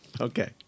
Okay